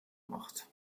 macht